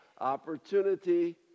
Opportunity